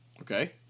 Okay